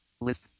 list